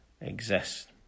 exist